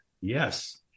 yes